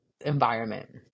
environment